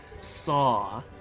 saw